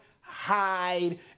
hide